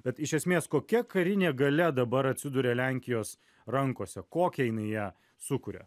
bet iš esmės kokia karinė galia dabar atsiduria lenkijos rankose kokią jinai ją sukuria